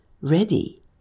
ready